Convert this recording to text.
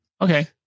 Okay